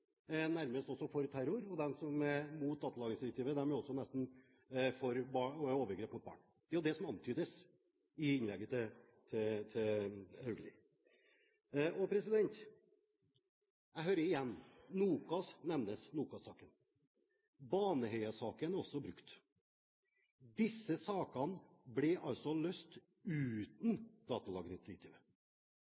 nærmest også er for terror og for overgrep mot barn. Det er jo det som antydes i innlegget fra Haugli. Jeg hører igjen at NOKAS-saken nevnes. Baneheia-saken er også brukt. Disse sakene ble løst uten